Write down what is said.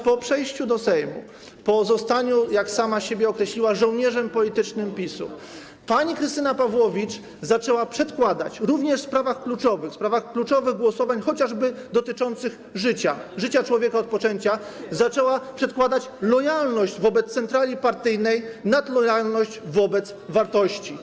ponieważ po przejściu do Sejmu, po zostaniu, jak sama siebie określiła, żołnierzem politycznym PiS-u, pani Krystyna Pawłowicz również w sprawach kluczowych, w sprawach kluczowych głosowań, chociażby dotyczących życia, życia człowieka od poczęcia, zaczęła przedkładać lojalność wobec centrali partyjnej nad lojalność wobec wartości.